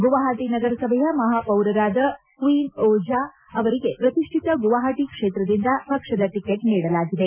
ಗುವಾಹಟಿ ನಗರಸಭೆಯ ಮಹಾಪೌರರಾದ ಕ್ವೀನ್ ಓಜಾ ಅವರಿಗೆ ಪ್ರತಿಷ್ಠಿತ ಗುವಾಹಟಿ ಕ್ಷೇತ್ರದಿಂದ ಪಕ್ಷದ ಟಿಕೆಟ್ ನೀಡಲಾಗಿದೆ